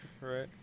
right